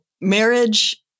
marriage